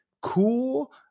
cool